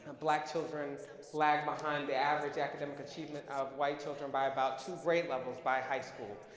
ah black children lag behind the average academic achievement of white children by about two grade levels by high school.